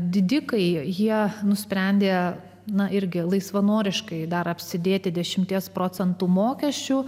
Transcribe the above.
didikai jo jie nusprendė na irgi laisvanoriškai dar apsidėti dešimties procentų mokesčių